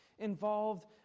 Involved